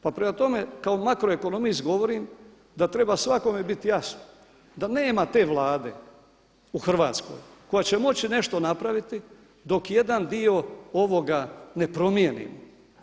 Pa prema tome, kao makroekonomist govorim da treba svakome bit jasno da nema te Vlade u Hrvatskoj koja će moći nešto napraviti dok jedan dio ovoga ne promijenimo.